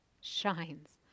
shines